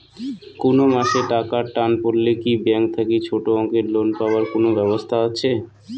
কুনো মাসে টাকার টান পড়লে কি ব্যাংক থাকি ছোটো অঙ্কের লোন পাবার কুনো ব্যাবস্থা আছে?